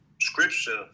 scripture